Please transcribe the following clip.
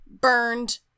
burned